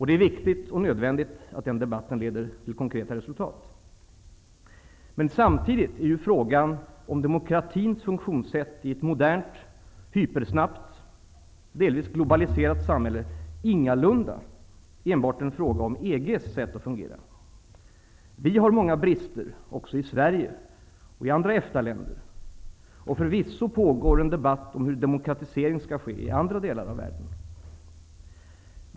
Det är viktigt och nödvändigt att den debatten leder till konkreta resultat. Samtidigt är frågan om demokratins funktionssätt i ett modernt, hypersnabbt, delvis globaliserat samhälle ingalunda enbart en fråga om EG:s sätt att fungera. Vi har många brister också i Sverige och andra EFTA-länder. Förvisso pågår en debatt om hur demokratisering skall ske i andra delar av världen.